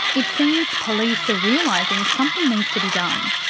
it seems police are realising something needs to be done.